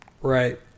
Right